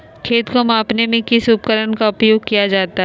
खेत को मापने में किस उपकरण का उपयोग किया जाता है?